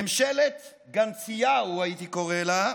ממשלת גנציהו, הייתי קורא לה,